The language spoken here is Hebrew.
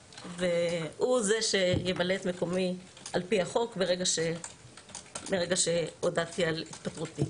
והוא זה שימלא את מקומי על פי החוק מרגע שהודעתי על התפטרותי.